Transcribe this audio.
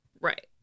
Right